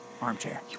Armchair